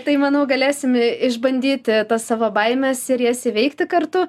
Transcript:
tai manau galėsim išbandyti savo baimes ir jas įveikti kartu